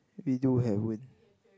we do have wind